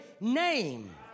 name